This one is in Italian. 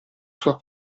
sua